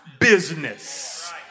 business